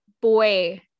boy-